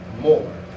more